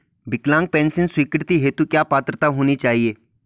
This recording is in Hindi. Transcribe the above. विकलांग पेंशन स्वीकृति हेतु क्या पात्रता होनी चाहिये?